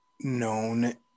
known